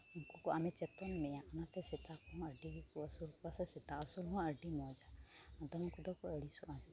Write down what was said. ᱩᱱᱠᱩ ᱠᱚ ᱟᱢᱮᱭ ᱪᱮᱛᱚᱱ ᱢᱮᱭᱟ ᱚᱱᱟᱛᱮ ᱥᱛᱟ ᱠᱚᱦᱚᱸ ᱟᱹᱰᱤ ᱜᱮᱠᱚ ᱟᱹᱥᱩᱞ ᱠᱚᱣᱟ ᱥᱮ ᱥᱮᱛᱟ ᱟᱹᱥᱩᱞ ᱦᱚᱸ ᱟᱹᱰᱤ ᱢᱚᱡᱟ ᱟᱫᱚᱢ ᱠᱚᱫᱚ ᱠᱚ ᱟᱹᱲᱤᱥᱚᱜᱼᱟ